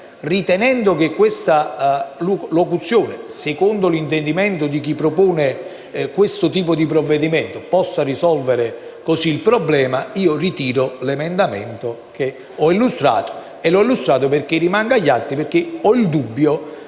ritenendo che questa locuzione, secondo l'intendimento di chi propone questo tipo di provvedimento, possa risolvere così il problema, ritiro l'emendamento che ho illustrato. E l'ho illustrato perché rimanga gli atti, in quanto ho il dubbio